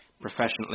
professionally